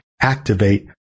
activate